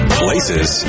places